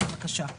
בקשה.